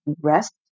rest